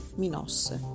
minosse